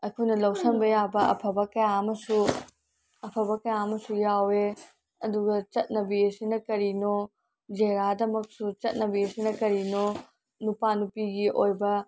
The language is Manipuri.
ꯑꯩꯈꯣꯏꯅ ꯂꯧꯁꯤꯟꯕ ꯌꯥꯕ ꯑꯐꯕ ꯀꯌꯥ ꯑꯃꯁꯨ ꯑꯐꯕ ꯀꯌꯥ ꯑꯃꯁꯨ ꯌꯥꯎꯋꯦ ꯑꯗꯨꯒ ꯆꯠꯅꯕꯤ ꯑꯁꯤꯅ ꯀꯔꯤꯅꯣ ꯖꯍꯦꯔꯥꯗꯃꯛꯁꯨ ꯆꯠꯅꯕꯤ ꯑꯁꯤꯅ ꯀꯔꯤꯅꯣ ꯅꯨꯄꯥ ꯅꯨꯄꯤꯒꯤ ꯑꯣꯏꯕ